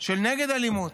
נגד אלימות,